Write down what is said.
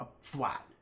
flat